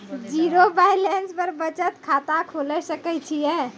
Zero balance पर बचत खाता खोले सकय छियै?